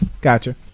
Gotcha